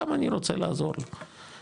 כמה אני רוצה לעזור כמדינה,